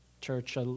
church